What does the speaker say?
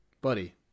Buddy